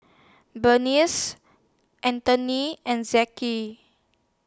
Aaden Nee and